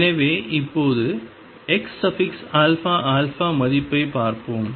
எனவே இப்போது xαα மதிப்பைப் பார்ப்போம்